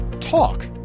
talk